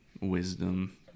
Wisdom